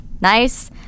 Nice